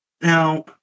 Now